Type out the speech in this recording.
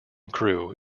crew